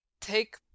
take